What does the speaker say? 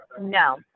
no